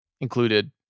included